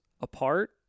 apart